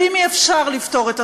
ואם אי-אפשר לפתור את הסכסוך,